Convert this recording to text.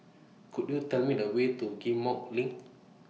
Could YOU Tell Me The Way to Ghim Moh LINK